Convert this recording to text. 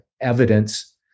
evidence